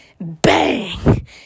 bang